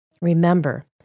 Remember